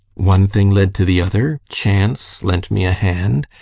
one thing led to the other, chance lent me a hand,